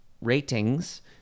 ratings